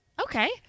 Okay